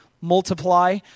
multiply